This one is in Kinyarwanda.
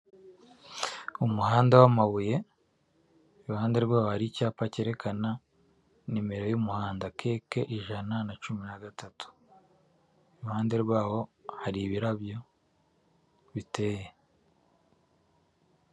Umuhanda w'amabuye, iruhande rwawo hari icyapa cyerekana nimero y'umuhanda, keke ijana na cumi na gatatu, iruhande rwaho hari ibirabyo biteye.